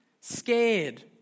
scared